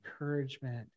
encouragement